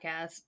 podcast